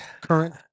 Current